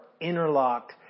interlocked